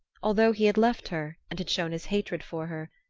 although he had left her and had shown his hatred for her,